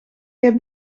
heb